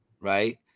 right